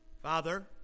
Father